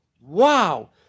Wow